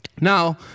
Now